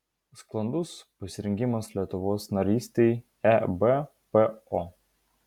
sklandus pasirengimas lietuvos narystei ebpo